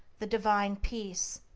the divine peace,